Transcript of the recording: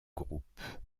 groupe